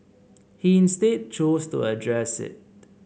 he instead chose to address it